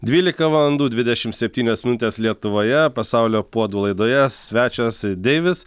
dvylika valandų dvidešim septynios minutės lietuvoje pasaulio puodų laidoje svečias deivis